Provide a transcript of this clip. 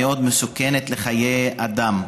מאוד מסוכנת לחיי אדם.